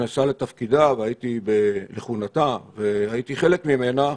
נכנסה לכהונתה והייתי חלק ממנה,